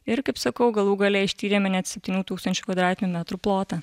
ir kaip sakau galų gale ištyrėme net septynių tūkstančių kvadratinių metrų plotą